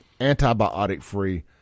antibiotic-free